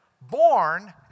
born